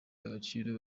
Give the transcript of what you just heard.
agaciro